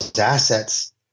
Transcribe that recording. assets